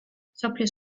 მსოფლიოს